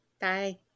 Bye